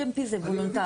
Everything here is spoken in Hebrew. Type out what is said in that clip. GMP זה וולונטרי.